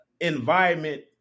environment